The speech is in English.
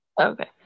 Okay